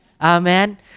Amen